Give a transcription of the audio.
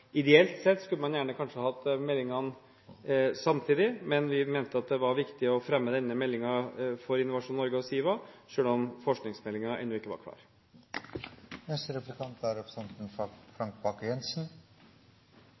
Ideelt sett skulle man gjerne kanskje hatt meldingene samtidig, men vi mente at det var viktig å fremme denne meldingen for Innovasjon Norge og SIVA selv om forskningsmeldingen ennå ikke var